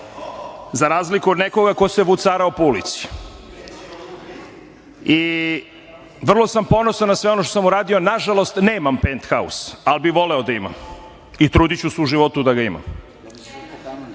za razliku od nekoga ko se vucarao po ulici. Vrlo sam ponosan na sve ono što sam uradio, a nažalost, nemam penthaus, ali bih voleo da imam i trudiću se u životu da ga